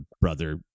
brother